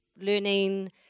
learning